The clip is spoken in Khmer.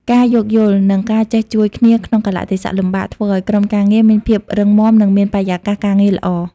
ការយោគយល់ និងការចេះជួយគ្នាក្នុងកាលៈទេសៈលំបាក ធ្វើឱ្យក្រុមការងារមានភាពរឹងមាំ និងមានបរិយាកាសការងារល្អ។